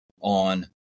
on